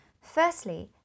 Firstly